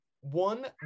One